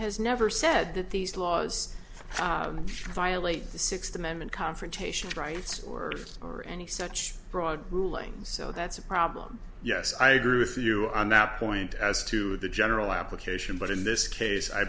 has never said that these laws violate the sixth amendment confrontation rights or or any such broad rulings so that's a problem yes i agree with you on that point as to the general application but in this case i